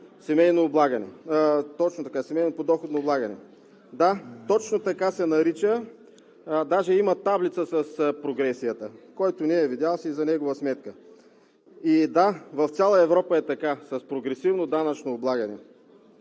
данъчно облагане с елементи на семейно подоходно облагане. Да, точно така се нарича, даже има таблица с прогресията, който не я е видял, си е за негова сметка. И – да, в цяла Европа е така – с прогресивно данъчно облагане.